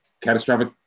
catastrophic